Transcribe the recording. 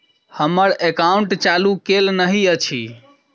हम्मर एकाउंट चालू केल नहि अछि?